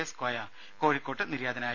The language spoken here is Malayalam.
എസ് കോയ കോഴിക്കോട്ട് നിര്യാതനായി